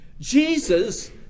Jesus